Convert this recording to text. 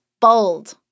bold